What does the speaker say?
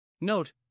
Note